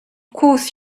course